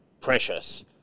precious